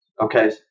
Okay